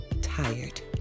tired